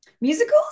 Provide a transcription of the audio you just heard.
Musicals